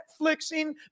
Netflixing